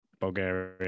Bulgaria